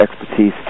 expertise